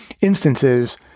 instances